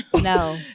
No